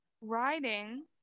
Writing